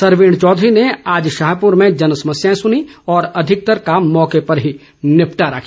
सरवीण चौधरी ने आज शाहपुर में जनसमस्याएं सुनी और अधिकतर का मौके पर ही निपटारा किया